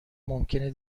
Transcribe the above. ممکنه